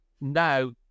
now